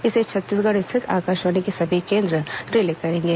इसे छत्तीसगढ़ स्थित आकाशवाणी के सभी केंद्र रिले करेंगे